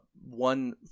One